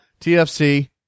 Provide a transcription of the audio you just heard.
TFC